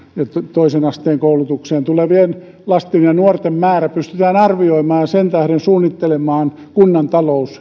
toisen asteen koulutukseen tulevien lasten ja nuorten määrä pystytään arvioimaan ja sen tähden suunnittelemaan kunnan talous